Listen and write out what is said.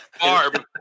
Barb